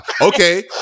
Okay